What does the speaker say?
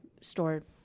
stored